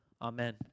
Amen